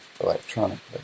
electronically